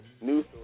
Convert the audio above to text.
news